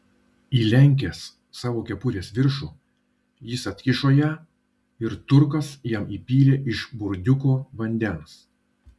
įlenkęs savo kepurės viršų jis atkišo ją ir turkas jam įpylė iš burdiuko vandens